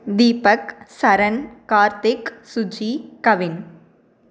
Deepak Charan Karthik Suji Kavin